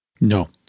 No